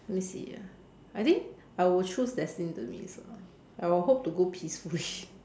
let me see ah I think I will choose destined demise ah I will hope to go peacefully